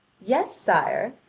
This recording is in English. yes, sire,